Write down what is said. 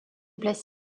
place